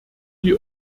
die